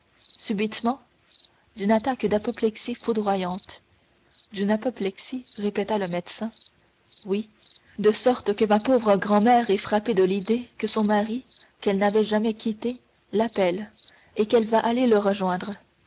subitement d'une attaque d'apoplexie foudroyante d'une apoplexie répéta le médecin oui de sorte que ma pauvre grand-mère est frappée de l'idée que son mari qu'elle n'avait jamais quitté l'appelle et qu'elle va aller le rejoindre